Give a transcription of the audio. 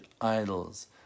idols